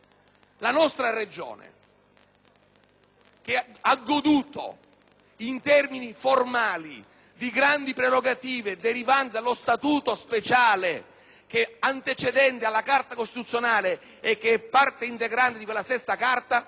che ha goduto in termini formali di grandi prerogative derivanti dallo Statuto speciale antecedente alla Carta costituzionale e che è parte integrante di quella stessa Carta, la classe